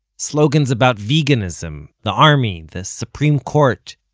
slogans about veganism, the army, the supreme court,